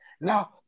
Now